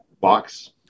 box